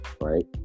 right